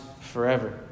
forever